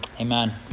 Amen